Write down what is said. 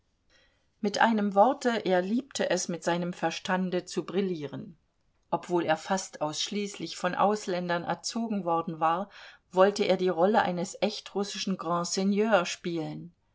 mit einem worte er liebte es mit seinem verstände zu brillieren obwohl er fast ausschließlich von ausländern erzogen worden war wollte er die rolle eines echt russischen grandseigneurs spielen